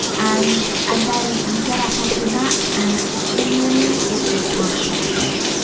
and, and then you get up off your mat and genuinely it is transformative.